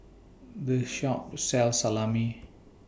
This Shop sells Salami